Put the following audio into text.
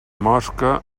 mosca